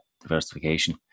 diversification